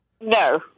No